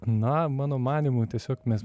na mano manymu tiesiog mes